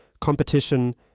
competition